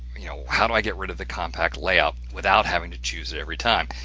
you know, how do i get rid of the compact layout without having to choose it every time,